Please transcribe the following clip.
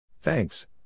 Thanks